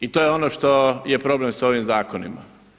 I to je ono što je problem sa ovim zakonima.